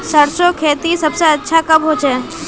सरसों खेती सबसे अच्छा कब होचे?